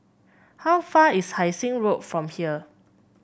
how far is Hai Sing Road from here